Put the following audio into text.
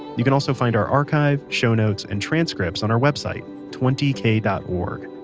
you can also find our archive, show notes, and transcripts on our website twenty k dot org.